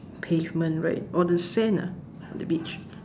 pavement right or the sand ah on the beach